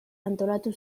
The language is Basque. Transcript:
antolatu